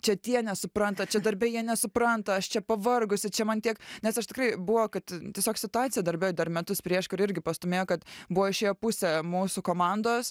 čia tie nesupranta čia darbe jie nesupranta aš čia pavargusi čia man tiek nes aš tikrai buvo kad tiesiog situacija darbe dar metus prieškariu irgi pastūmėjo kad buvo išėję pusę mūsų komandos